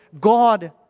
God